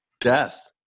Death